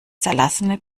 zerlassene